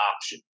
option